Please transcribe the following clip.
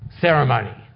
ceremony